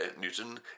Newton